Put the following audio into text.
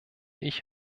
ich